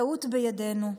טעות בידינו,